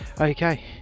okay